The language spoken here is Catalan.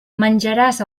menjaràs